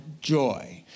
joy